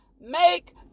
make